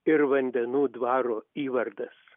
ir vandenų dvaro įvardis